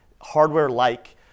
hardware-like